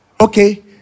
Okay